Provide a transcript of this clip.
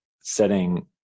setting